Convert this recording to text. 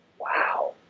Wow